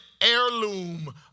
heirloom